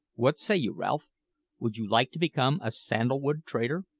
what say you, ralph would you like to become a sandal-wood trader?